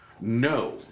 No